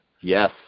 Yes